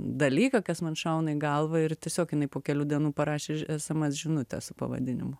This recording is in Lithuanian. dalyką kas man šauna į galvą ir tiesiog jinai po kelių dienų parašė esemės žinutę su pavadinimu